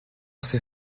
sais